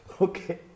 okay